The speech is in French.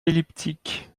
elliptique